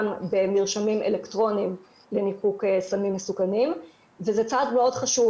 במרשמים אלקטרוניים לניפוק סמים מסוכנים וזה צעד מאוד חשוב,